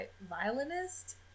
violinist